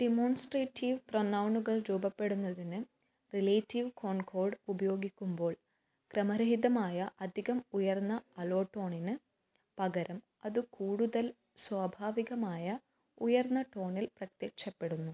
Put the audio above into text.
demonstrative പ്രൊനൗണുകൾ രൂപപ്പെടുന്നതിന് relative concord ഉപയോഗിക്കുമ്പോൾ ക്രമരഹിതമായ അധികം ഉയർന്ന അലോട്ടോണിന് പകരം അത് കൂടുതൽ സ്വാഭാവികമായ ഉയർന്ന ടോണിൽ പ്രത്യക്ഷപ്പെടുന്നു